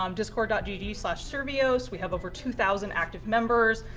um discord duty survios, we have over two thousand active members.